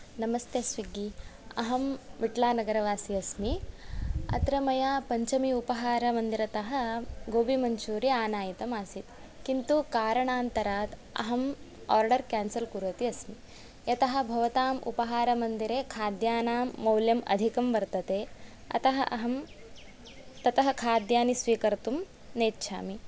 नमस्ते स्विग्गी अहं विट्लानगरवासी अस्मि अत्र मया पञ्चमी उपहारमन्दिरतः गोभी मञ्चूरियन् आनायितम् आसीत् किन्तु कारणान्तरात् अहं ओर्डर केन्सल् कुर्वती अस्मि अतः भवताम् उपहारमन्दिरे खाद्यानां मौल्यम् अधिकं वर्तते अतः अहं ततः खाद्यानि स्वीकर्तुं नेच्छामि